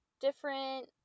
different